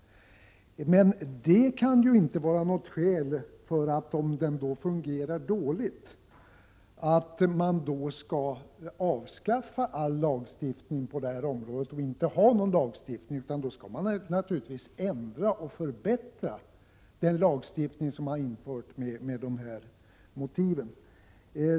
Men att lagen fungerat dåligt kan inte vara något skäl för att avskaffa all lagstiftning på det här området, utan man skall naturligtvis ändra och förbättra den lagstiftning man infört med de här motiven.